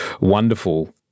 wonderful